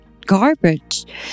garbage